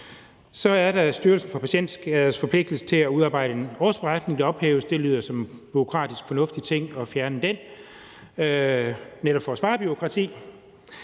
Så er der Styrelsen for Patientklagers forpligtelse til at udarbejde en årsberetning, der ophæves. Det lyder som en bureaukratisk set fornuftig ting at fjerne den, netop for at spare på